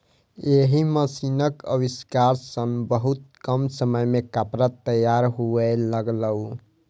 एहि मशीनक आविष्कार सं बहुत कम समय मे कपड़ा तैयार हुअय लागलै